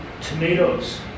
tomatoes